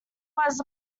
was